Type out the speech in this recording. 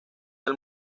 del